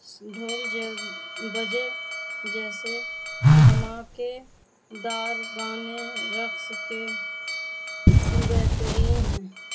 ڈھول ج بجے جیسے دھماکے دار گانے رقص کے بہترین ہیں